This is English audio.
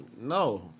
No